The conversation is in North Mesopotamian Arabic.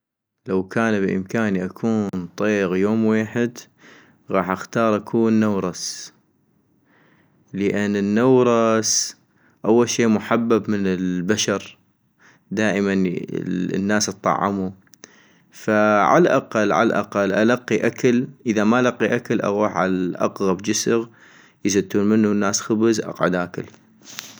لو كان بإمكاني أكون طيغ يوم ويحد غاح اختار اكون نورس - لان النورس أول شي محبب من البشر ، دائما الناس اطعمو فعالاقل عالاقل القي اكل ،اذا ما القي اكل اغوح على اقغب جسغ يزتون منو الناس خبز اقعد اكل